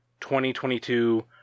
2022